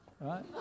right